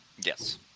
Yes